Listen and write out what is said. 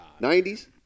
90s